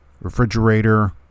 refrigerator